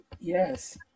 Yes